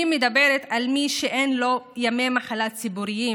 אני מדברת על מי שאין לו ימי מחלה צבורים